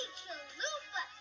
chalupa